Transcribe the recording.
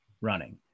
running